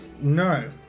No